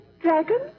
Dragon